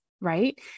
right